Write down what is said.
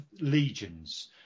legions